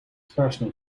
personal